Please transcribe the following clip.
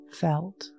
felt